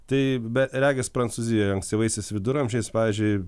tai be regis prancūzijoje ankstyvaisiais viduramžiais pavyzdžiui